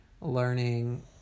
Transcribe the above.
learning